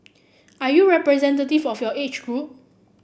are you representative of your age group